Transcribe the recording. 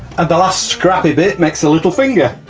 and the last scrappy bit makes a little finger.